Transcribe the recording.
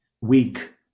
weak